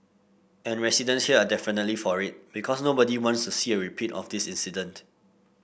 and residents here are definitely for it because nobody wants to see a repeat of this incident